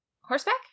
Horseback